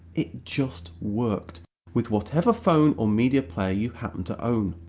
it just worked with whatever phone or media player you happened to own.